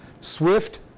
swift